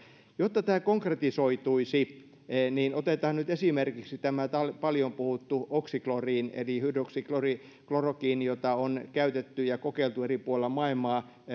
jotta tämä konkretisoituisi niin otetaan nyt esimerkiksi tämä paljon puhuttu oxiklorin eli hydroksiklorokiini jota on käytetty ja kokeiltu eri puolilla maailmaa